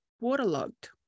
waterlogged